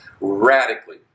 radically